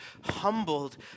humbled